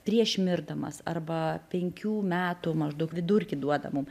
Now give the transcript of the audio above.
prieš mirdamas arba penkių metų maždaug vidurkį duoda mum